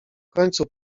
końcu